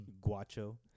Guacho